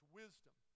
wisdom